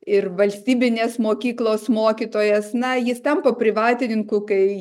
ir valstybinės mokyklos mokytojas na jis tampa privatininku kai